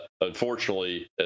unfortunately